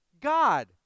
God